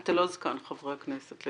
אתה לא זקן חברי הכנסת.